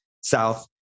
south